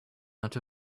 out